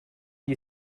you